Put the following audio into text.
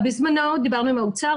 בזמנו דיברנו עם האוצר.